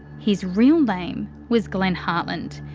his real name was glenn hartland.